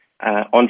On